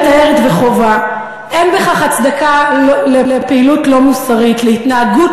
חבר הכנסת זחאלקה,